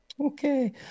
okay